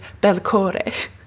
Belcore